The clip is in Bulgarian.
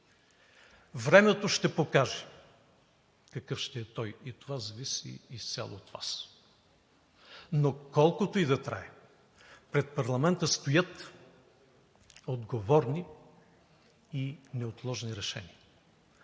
Времето ще покаже какъв ще е той и това зависи изцяло от Вас, но колкото и да трае, пред парламента стоят отговорни и неотложни решения.